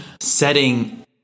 Setting